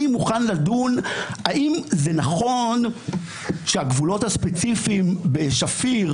אני מוכן לדון האם זה נכון שהגבולות הספציפיים בשפיר